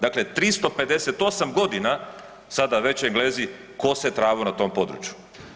Dakle, 358 godina sada već Englezi kose travu na tom području.